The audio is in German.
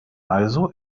also